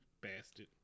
Bastard